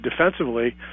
defensively